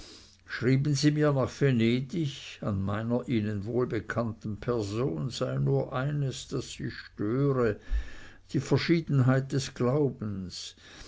schrieben sie mir nach venedig an meiner ihnen wohlbekannten person sei nur eines das sie störe die verschiedenheit des glaubens